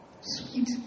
Sweet